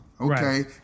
Okay